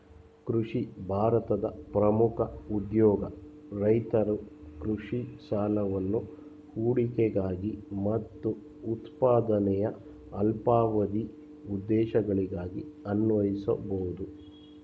ಕೃಷಿ ಭಾರತದ ಪ್ರಮುಖ ಉದ್ಯೋಗ ರೈತರು ಕೃಷಿ ಸಾಲವನ್ನು ಹೂಡಿಕೆಗಾಗಿ ಮತ್ತು ಉತ್ಪಾದನೆಯ ಅಲ್ಪಾವಧಿ ಉದ್ದೇಶಗಳಿಗಾಗಿ ಅನ್ವಯಿಸ್ಬೋದು